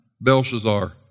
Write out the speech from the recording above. Belshazzar